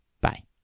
Bye